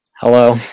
Hello